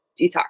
detox